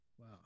Wow